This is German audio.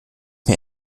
mir